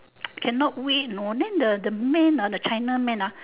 cannot wait know then the the man ah the china man ah